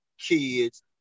kids